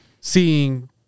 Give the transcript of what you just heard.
seeing